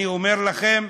אני אומר לכם,